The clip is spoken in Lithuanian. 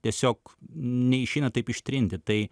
tiesiog neišeina taip ištrinti tai